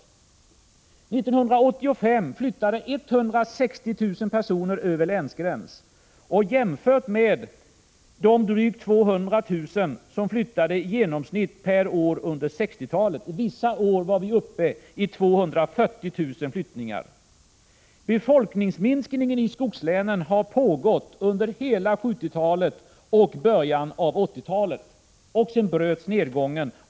1985 flyttade 160 000 personer över länsgräns. Detta skall jämföras med de i genomsnitt drygt 200 000 per år — vissa år var vi uppe i 240 000 — som flyttade under 1960-talet. Befolkningsminskningen i skogslänen har pågått under hela 1970-talet och i början av 1980-talet. Sedan bröts nedgången.